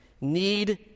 need